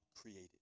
created